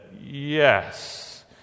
yes